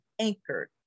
anchored